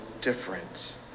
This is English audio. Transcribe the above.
different